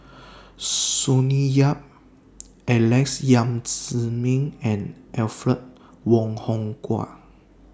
Sonny Yap Alex Yam Ziming and Alfred Wong Hong Kwok